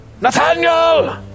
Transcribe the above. Nathaniel